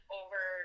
over